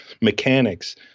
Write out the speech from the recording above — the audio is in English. mechanics